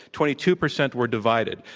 twenty-two percent were divided.